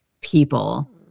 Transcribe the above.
people